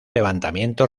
levantamiento